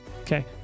Okay